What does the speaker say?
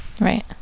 right